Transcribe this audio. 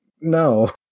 no